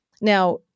now